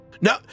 No